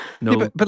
No